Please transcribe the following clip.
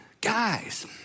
guys